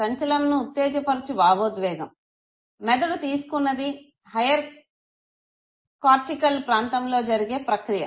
సంచలనంను ఉత్తేజ పరుచు భావోద్వేగం మెదడు తీసుకున్నది హైయర్ కార్టికల్ ప్రాంతంలో జరిగే ప్రక్రియ